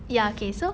ya okay so